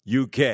UK